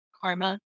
karma